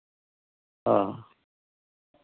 ᱚ